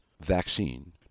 vaccine